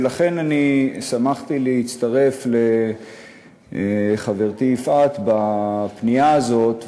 ולכן אני שמחתי להצטרף לחברתי יפעת בפנייה הזאת,